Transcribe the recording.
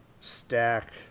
Stack